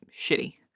shitty